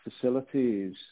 facilities